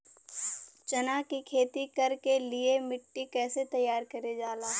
चना की खेती कर के लिए मिट्टी कैसे तैयार करें जाला?